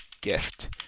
gift